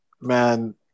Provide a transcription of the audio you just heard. Man